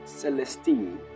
Celestine